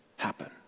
happen